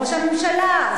ראש הממשלה,